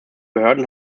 behörden